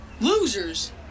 Losers